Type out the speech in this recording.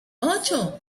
ocho